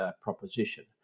proposition